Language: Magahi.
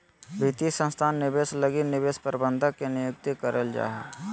वित्तीय संस्थान निवेश लगी निवेश प्रबंधक के नियुक्ति करल जा हय